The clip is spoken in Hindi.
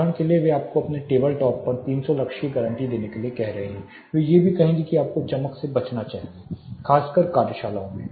उदाहरण के लिए वे आपको अपने टेबल टॉप पर 300 लक्स की गारंटी देने के लिए कह रहे हैं वे यह भी कहेंगे कि आपको चमक से बचना चाहिए खासकर कार्यशालाओं में